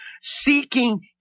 seeking